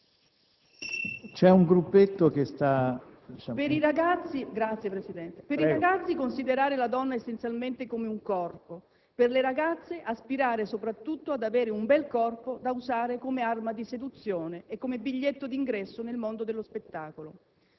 per i ragazzi, considerare la donna essenzialmente come un corpo; per le ragazze, aspirare soprattutto ad avere un bel corpo da usare come arma di seduzione e come biglietto d'ingresso nel mondo dello spettacolo.